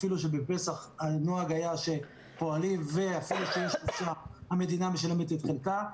אפילו שבפסח הנוהג היה שפועלים ואפילו יש חופשה והמדינה משלמת את חלקה.